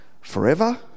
forever